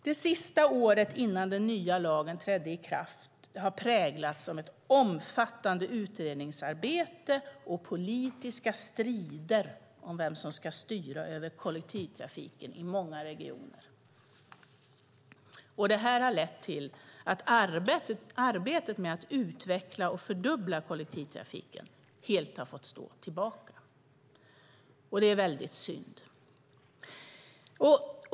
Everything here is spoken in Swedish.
Det sista året innan den nya lagen trädde i kraft har präglats av ett omfattande utredningsarbete och politiska strider om vem som ska styra över kollektivtrafiken i många regioner. Det har lett till att arbetet med att utveckla och fördubbla kollektivtrafiken helt har fått stå tillbaka, och det är väldigt synd.